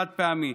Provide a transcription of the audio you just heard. חד-פעמי,